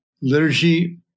liturgy